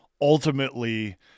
ultimately